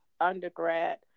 undergrad